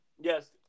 Yes